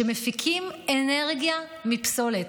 שמפיקים אנרגיה מפסולת,